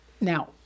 Now